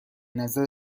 نظر